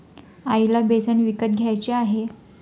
आईला बेसन विकत घ्यायचे आहे